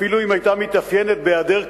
אפילו אם היתה מתאפיינת בהיעדר כיוון,